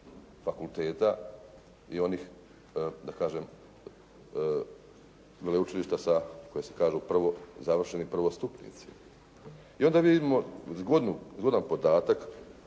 fakulteta i onih veleučilišta koje se kažu završeni prvostupnici i onda vidimo zgodan podatak.